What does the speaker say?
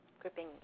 gripping